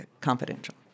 confidential